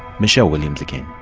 michele williams again.